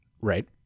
Right